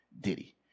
Diddy